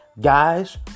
guys